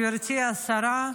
גברתי השרה,